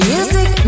Music